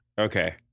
Okay